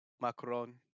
Macron